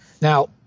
Now